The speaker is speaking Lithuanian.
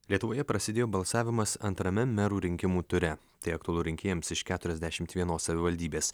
lietuvoje prasidėjo balsavimas antrame merų rinkimų ture tai aktualu rinkėjams iš keturiasdešimt vienos savivaldybės